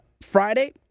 Friday